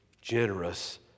generous